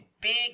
big